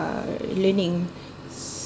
uh learning